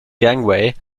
gangway